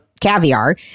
caviar